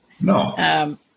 No